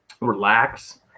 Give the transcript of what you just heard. Relax